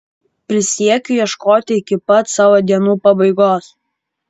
prisiekiu ieškoti iki pat savo dienų pabaigos